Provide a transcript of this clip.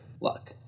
luck